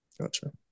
Gotcha